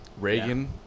Reagan